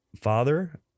father